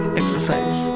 exercise